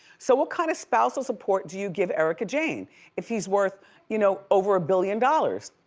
so what kind of spousal support do you give erica jane if he's worth you know over a billion dollars?